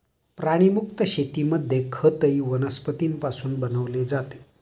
प्राणीमुक्त शेतीमध्ये खतही वनस्पतींपासून बनवले जाते